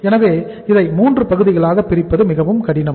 எனவே இதை மூன்று பகுதிகளாக பிரிப்பது மிகவும் கடினம்